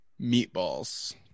meatballs